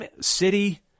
City